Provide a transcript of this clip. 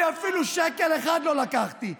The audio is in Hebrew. אני אפילו שקל אחד לא לקחתי.